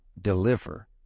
deliver